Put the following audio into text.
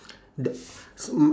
the so